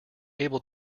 able